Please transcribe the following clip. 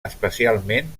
especialment